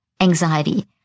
anxiety